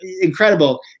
incredible